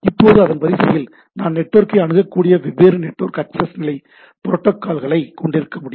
இப்போது அதன் வரிசையில் நான் நெட்வொர்க்கை அணுகக்கூடிய வெவ்வேறு நெட்வொர்க் ஆக்சஸ் நிலை புரோட்டோக்கால்களைக் கொண்டிருக்க முடியும்